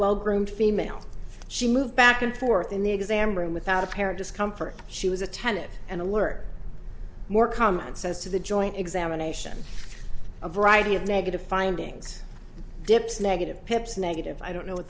well groomed female she moved back and forth in the exam room without apparent discomfort she was a tenet and alert more common sense to the joint examination a variety of negative findings dips negative pips negative i don't know what